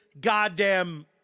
goddamn